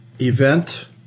event